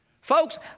Folks